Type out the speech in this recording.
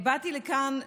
באתי לכאן,